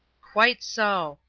quite so,